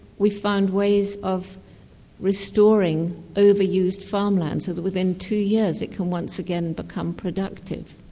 we've found ways of restoring over-used farmland so that within two years it can once again become productive,